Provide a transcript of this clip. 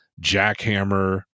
jackhammer